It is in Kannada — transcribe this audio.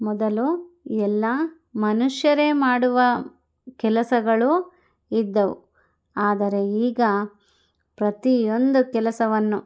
ಮೊದಲು ಎಲ್ಲ ಮನುಷ್ಯರೇ ಮಾಡುವ ಕೆಲಸಗಳು ಇದ್ದವು ಆದರೆ ಈಗ ಪ್ರತಿಯೊಂದು ಕೆಲಸವನ್ನು